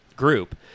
group